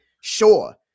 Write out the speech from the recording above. sure